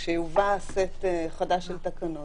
כשיובא סט חדש של תקנות,